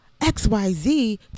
XYZ